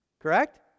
correct